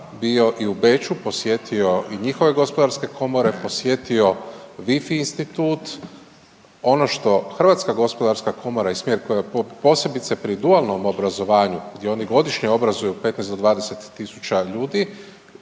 bio i u Beču, posjetio i njihove gospodarske komore, posjetio WIFI institut, ono što HGK i smjer koji, posebice pri dualnom obrazovanju gdje oni godišnje obrazuju 15 do 20 tisuća ljudi,